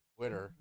Twitter